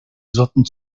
sorten